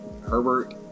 Herbert